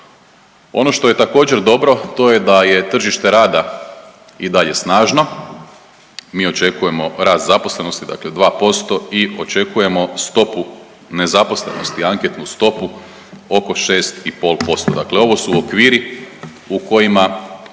Ono što je također dobro, to je da je tržište rada i dalje snažno, mi očekujemo rast zaposlenosti dakle 2% i očekujemo stopu nezaposlenosti, anketnu stopu oko 6,5%. Dakle, ovo su okviri u kojima